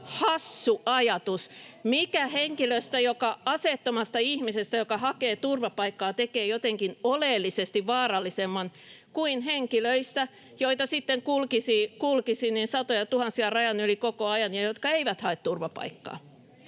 hassu ajatus. Mikä henkilöstä, aseettomasta ihmisestä, joka hakee turvapaikkaa, tekee jotenkin oleellisesti vaarallisemman kuin henkilöistä, joita sitten kulkisi satojatuhansia rajan yli koko ajan ja jotka eivät hae turvapaikkaa?